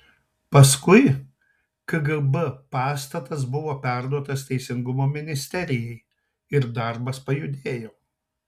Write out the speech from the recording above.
paskui kgb pastatas buvo perduotas teisingumo ministerijai ir darbas pajudėjo